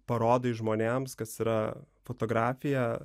parodai žmonėms kas yra fotografija